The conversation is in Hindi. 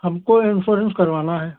हमको इंस्योरेंस करवाना है